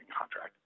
contract